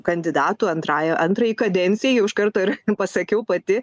kandidatų antrai antrajai kadencijai iš karto ir pasakiau pati